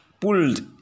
Pulled